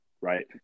right